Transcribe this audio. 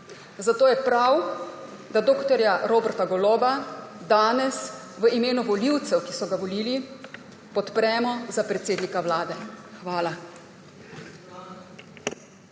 Zato je prav, da dr. Roberta Goloba danes v imenu volivcev, ki so ga volili, podpremo za predsednika Vlade. Hvala.